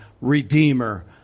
redeemer